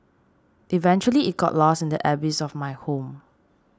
eventually it got lost in the abyss of my home